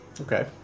Okay